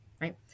right